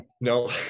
no